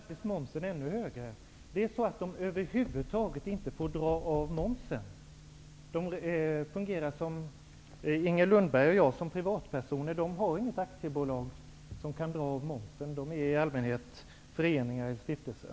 Herr talman! Som bekant är momsen ännu högre. De får över huvud taget inte dra av momsen, och de fungerar precis som Inger Lundberg och jag som privatpersoner. De har inte något aktiebolag som kan dra av momsen, utan de är i allmänhet föreningar eller stiftelser.